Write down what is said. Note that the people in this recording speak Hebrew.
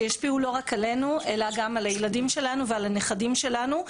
שישפיעו לא רק עלינו אלא גם על הילדים שלנו ועל הנכסים שלנו,